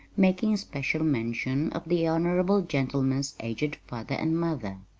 making special mention of the honorable gentleman's aged father and mother.